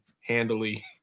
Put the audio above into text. handily